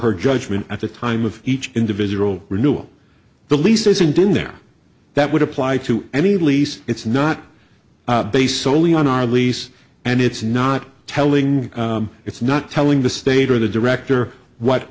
her judgment at the time of each individual renewal the lease isn't in there that would apply to any lease it's not based solely on our lease and it's not telling it's not telling the state or the director what